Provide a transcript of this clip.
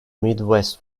midwest